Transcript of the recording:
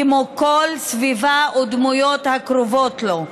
כמו קול, סביבה או דמויות הקרובות לו.